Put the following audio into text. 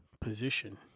position